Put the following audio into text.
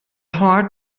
hard